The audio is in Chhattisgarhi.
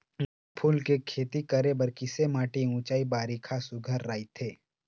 गुलाब फूल के खेती करे बर किसे माटी ऊंचाई बारिखा सुघ्घर राइथे?